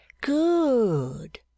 Good